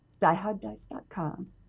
DieHardDice.com